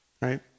right